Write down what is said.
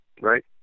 right